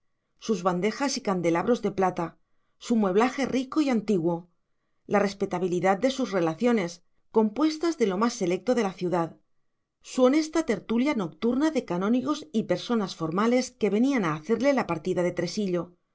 sus bandejas y candelabros de plata su mueblaje rico y antiguo la respetabilidad de sus relaciones compuestas de lo más selecto de la ciudad su honesta tertulia nocturna de canónigos y personas formales que venían a hacerle la partida de tresillo